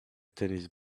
tennis